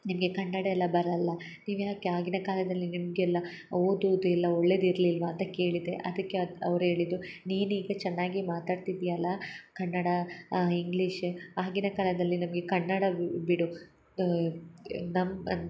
ನಿಮಗೆ ಕನ್ನಡ ಎಲ್ಲ ಬರಲ್ಲ ನೀವು ಯಾಕೆ ಆಗಿನ ಕಾಲದಲ್ಲಿ ನಿಮಗೆಲ್ಲ ಓದುದು ಎಲ್ಲ ಒಳ್ಳೆಯದು ಇರ್ಲಿಲ್ಲವಾ ಅಂತ ಕೇಳಿದ್ದೆ ಅದಕ್ಕೆ ಅವ್ರು ಹೇಳಿದ್ದರು ನೀನೀಗ ಚೆನ್ನಾಗಿ ಮಾತಾಡ್ತಿದ್ದಿ ಅಲ್ಲಾ ಕನ್ನಡ ಇಂಗ್ಲಿಷ್ ಆಗಿನ ಕಾಲದಲ್ಲಿ ನಮಗೆ ಕನ್ನಡ ಬಿಡು ನಮ್ಮ ಅನ್